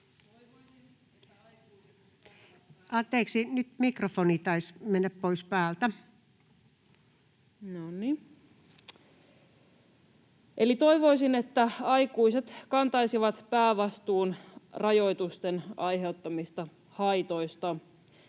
Toivoisin, että aikuiset kantaisivat päävastuun rajoitusten aiheuttamista haitoista.